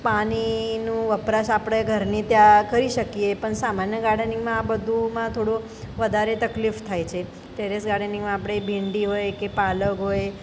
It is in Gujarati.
પાણીનું વપરાશ આપણે ઘરની ત્યાં કરી શકીએ પણ સામાન્ય ગાર્ડનિંગમાં આ બધાંમાં થોડી વધારે તકલીફ થાય છે ટેરેસ ગાર્ડનિંગમાં આપણે ભીંડી હોય કે પાલક હોય